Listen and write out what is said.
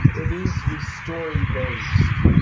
it needs to be story-based,